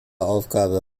aufgabe